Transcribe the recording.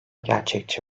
gerçekçi